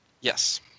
Yes